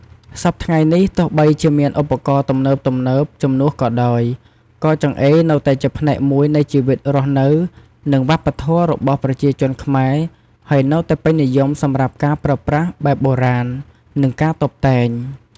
សព្វថ្ងៃនេះ ទោះបីជាមានឧបករណ៍ទំនើបៗជំនួសក៏ដោយ ក៏ចង្អេរនៅតែជាផ្នែកមួយនៃជីវិតរស់នៅ និងវប្បធម៌របស់ប្រជាជនខ្មែរ ហើយនៅតែពេញនិយមសម្រាប់ការប្រើប្រាស់បែបបុរាណ និងការតុបតែង។